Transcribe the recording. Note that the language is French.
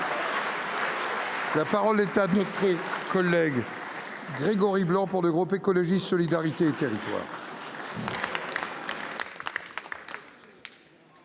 La parole est à M. Grégory Blanc, pour le groupe Écologiste – Solidarité et Territoires.